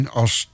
als